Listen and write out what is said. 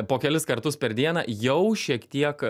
po kelis kartus per dieną jau šiek tiek